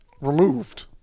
removed